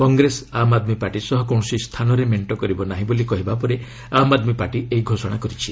Congress Aam Aadmi Party ସହ କୌଣସି ସ୍ଥାନରେ ମେଣ୍ଟ କରିବ ନାହିଁ ବୋଲି କହିବା ପରେ ଆମ୍ ଆଦମୀ ପାର୍ଟି ଏହି ଘୋଷଣା କରିଛି